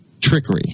trickery